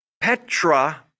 Petra